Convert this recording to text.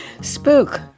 Spook